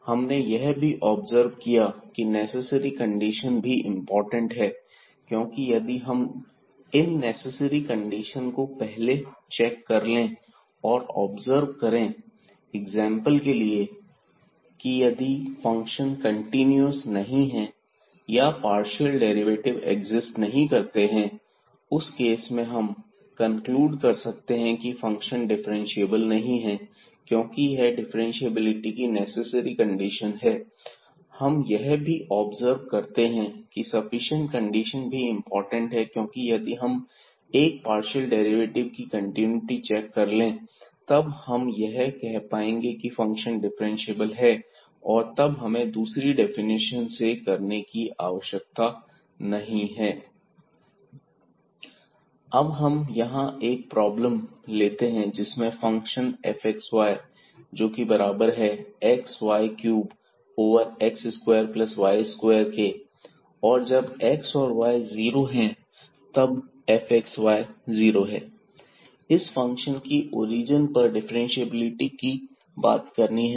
हमने यह भी ऑब्जर्व किया की नेसेसरी कंडीशन भी इंपॉर्टेंट हैं क्योंकि यदि हम इन नेसेसरी कंडीशन को पहले चेक कर लें और ऑब्जर्व करें एग्जांपल के लिए कि यदि फंक्शन कंटीन्यूअस नहीं है या पार्शियल डेरिवेटिव एक्सिस्ट नहीं करते हैं उस केस में हम कंक्लूड कर सकते हैं की फंक्शन डिफरेंशिएबल नहीं है क्योंकि यह डिफरेंटशिएबिलिटी की नेसेसरी कंडीशन है हम यह भी ऑब्जर्व करते हैं की सफिशिएंट कंडीशन भी इंपॉर्टेंट हैं क्योंकि यदि हम एक पार्शियल डेरिवेटिव की कंटिन्यूटी चेक कर ले तब हम यह कह पाएंगे की फंक्शन डिफरेंशिएबल है और तब हमें दूसरी डेफिनेशन से करने की आवश्यकता नहीं है fxyxy3x2y2xy≠00 0xy00 fxy 0fx000fy000⁡ अब हम यहां एक प्रॉब्लम लेते हैं जिसमें फंक्शन fxy जोकि बराबर है xy cube over x square plus y square और जब x और y जीरो है तब fxy 0 है इस फंक्शन की ओरिजन पर डिफरेंटशिएबिलिटी की बात करनी है